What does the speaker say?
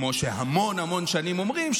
כמו שהמון המון שנים אומרים,